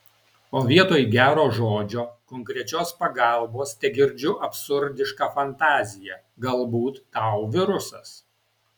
o vietoj gero žodžio konkrečios pagalbos tegirdžiu absurdišką fantaziją galbūt tau virusas